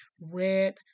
red